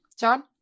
John